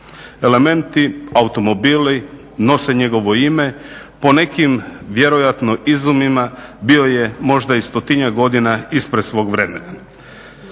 Elementi, automobili nose njegove ime, po nekim vjerojatnim izuzima bio je možda i stotinjak godina ispred svog vremena.